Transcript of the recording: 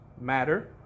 matter